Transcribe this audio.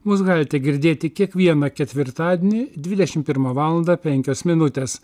mus galite girdėti kiekvieną ketvirtadienį dvidešim pirmą valandą penkios minutės